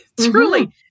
truly